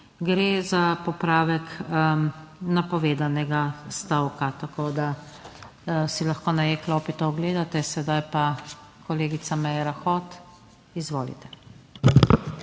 Gre za popravek napovedanega stavka, tako da si lahko na e-klopi to ogledate. Sedaj pa, kolegica Meira Hot, izvolite.